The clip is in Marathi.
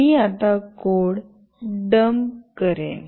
मी आता कोड डम्प करेन